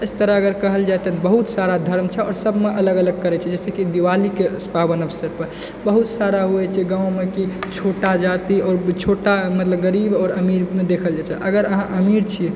इस तरह अगर कहल जाय तऽ बहुत सारा धर्म छै आओर सबमे अलग अलग करय छै जैसँ कि दिवालीके पावन अवसरपर बहुत सारा होइ छै गाँवमे कि छोटा जाति अब छोटा मतलब गरीब आओर अमीरमे देखल जाइ छै अगर अहाँ अमीर छियै